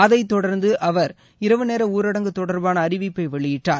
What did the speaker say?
அதைத் தொடர்ந்து அவர் இரவு நேர ஊரடங்கு தொடர்பான அறிவிப்பை வெளியிட்டார்